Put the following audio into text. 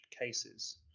cases